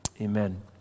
Amen